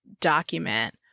document